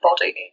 body